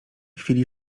chwili